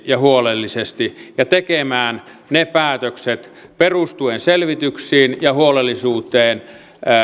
ja huolellisesti ja tekemään ne päätökset perustuen selvityksiin ja huolellisuuteen